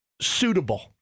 suitable